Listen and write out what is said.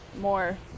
more